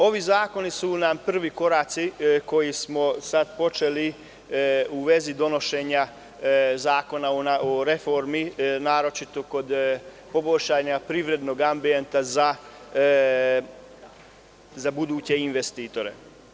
Ovi zakoni su nam prvi koraci koje smo sada počeli u vezi donošenja zakona o reformi, naročito kod poboljšanja privrednog ambijenta za buduće investitore.